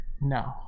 No